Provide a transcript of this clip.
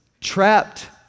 trapped